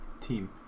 team